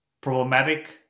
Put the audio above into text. problematic